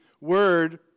word